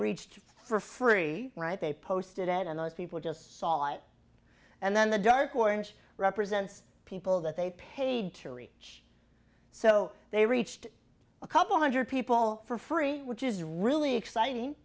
reached for free right they posted it and those people just saw it and then the dark orange represents people that they paid to reach so they reached a couple hundred people for free which is really exciting